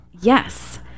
yes